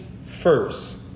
first